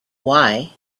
why